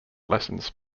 lessons